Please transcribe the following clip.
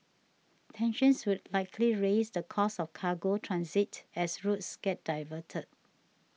tensions would likely raise the cost of cargo transit as routes get diverted